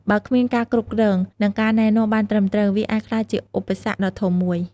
បើគ្មានការគ្រប់គ្រង និងការណែនាំបានត្រឹមត្រូវទេ វាអាចក្លាយជាឧបសគ្គដ៏ធំមួយ។